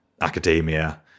academia